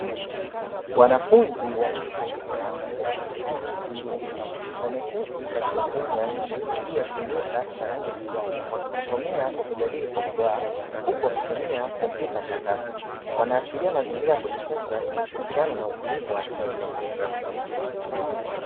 Wanafunzi wa chuo wa jinsia ya kike na kiume wameketi katika sehemu ya nje juu ya kimbweta cha rangi ya kijani, wakijisomea na kujadili kwa furaha huku wakitumia kompyuta mpakato. Wanaashiria mazingira ya kujifunza yenye ushirikiano na utulivu wa akili.